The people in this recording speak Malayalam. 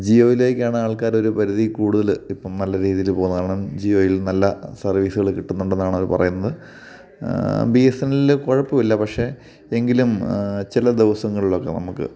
ജിയോയിലേക്കാണ് ആൾക്കാര് ഒരു പരിധീക്കൂടുതല് ഇപ്പോള് നല്ല രീതിയില് പോകുന്നത് കാരണം ജിയോയിൽ നല്ല സർവ്വീസുകള് കിട്ടുന്നുണ്ടെന്നാണവര് പറയുന്നത് ബി എസ് എൻ എല്ലില് കുഴപ്പമില്ല പക്ഷേ എങ്കിലും ചില ദിവസങ്ങളിലൊക്കെ നമുക്ക്